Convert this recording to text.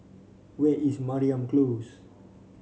where is Mariam Close